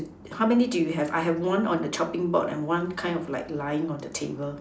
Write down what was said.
how many do you have I have one on the chopping board and one kind of like laying on the table